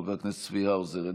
חבר הכנסת צבי האוזר,